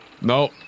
No